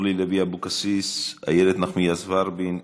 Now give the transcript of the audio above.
אורלי לוי אבקסיס, איילת נחמיאס ורבין.